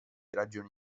ragioni